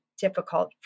difficult